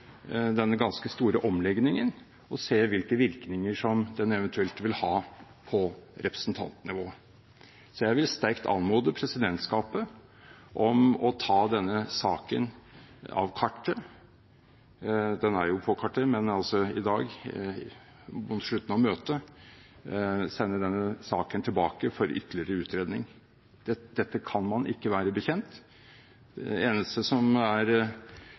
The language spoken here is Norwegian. denne ganske store omlegningen og se hvilke virkninger som den eventuelt vil ha på representantnivået. Så jeg vil sterkt anmode presidentskapet om at man i dag mot slutten av møtet sender denne saken tilbake for ytterligere utredning. Dette kan man ikke være bekjent av. Det eneste som er,